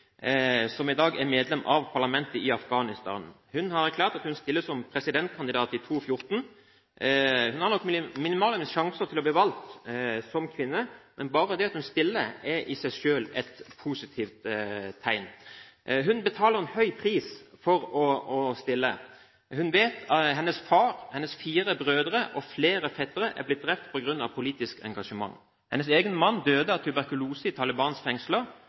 Afghanistan. Hun har erklært at hun stiller som presidentkandidat i 2014. Som kvinne har hun nok minimal sjanse for å bli valgt – men bare det at hun stiller, er i seg selv et positivt tegn. Hun betaler en høy pris for å stille. Hennes far, hennes fire brødre og flere fettere er blitt drept på grunn av politisk engasjement. Hennes egen mann døde av tuberkulose i Talibans fengsler.